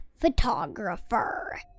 Photographer